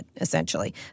essentially